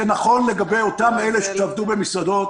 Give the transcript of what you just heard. זה נכון לגבי אותם אלה שעבדו במסעדות.